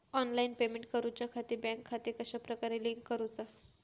Online payment करुच्याखाती bank खाते कश्या प्रकारे लिंक करुचा?